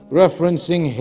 referencing